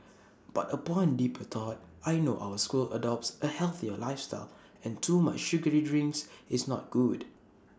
but upon deeper thought I know our school adopts A healthier lifestyle and too much sugary drinks is not good